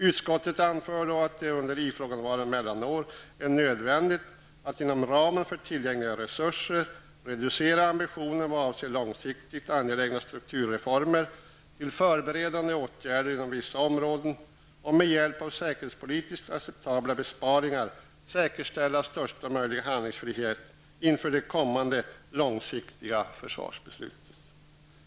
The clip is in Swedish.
Utskottet anförde då att det under i frågavarande mellanår är nödvändigt att, inom ramen för tillgängliga resurser, reducera ambitionen vad avser långsiktigt angelägna strukturreformer till förberedande åtgärder inom vissa områden och att med hjälp av säkerhetspolitiskt acceptabla besparingar säkerställa största möjliga handlingsfrihet inför det kommande långsiktiga försvarsbeslutet.